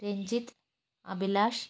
Ranjith Abhilash